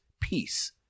Peace